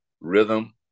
rhythm